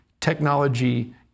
technology